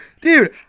Dude